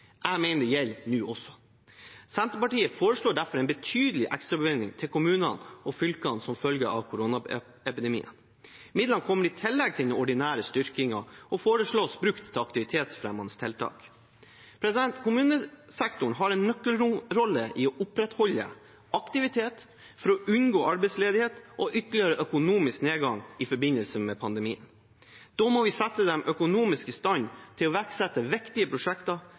Jeg mener det gjelder nå også. Senterpartiet foreslår derfor en betydelig ekstrabevilgning til kommunene og fylkene som følge av koronapandemien. Midlene kommer i tillegg til den ordinære styrkingen og foreslås brukt til aktivitetsfremmende tiltak. Kommunesektoren har en nøkkelrolle i å opprettholde aktivitet for å unngå arbeidsledighet og ytterligere økonomisk nedgang i forbindelse med pandemien. Da må vi sette dem økonomisk i stand til å iverksette viktige prosjekter